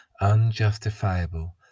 unjustifiable